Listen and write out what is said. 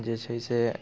जे छै से